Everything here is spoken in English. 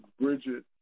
Bridget